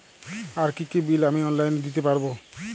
আর কি কি বিল আমি অনলাইনে দিতে পারবো?